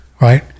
right